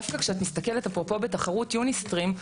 דווקא כשאת מסתכלת אפרופו בתחרות יוניסטרים,